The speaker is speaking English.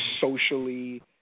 socially